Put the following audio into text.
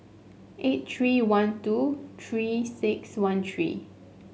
eight three one two Three six one three